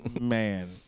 man